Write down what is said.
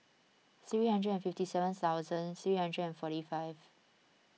three hundred and fifty seven thousand three hundred and forty five